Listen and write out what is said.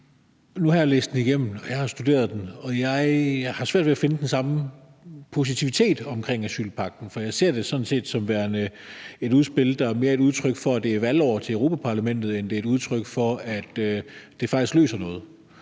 Nu har jeg læst den igennem, og jeg har studeret den, og jeg har svært ved at finde den samme positivitet omkring asylpagten. For jeg ser det sådan set mere som værende et udspil, der er et udtryk for, at det er valgår til Europaparlamentet, end at det er et udtryk for, at det faktisk løser noget.